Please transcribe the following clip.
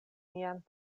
mian